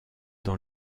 dans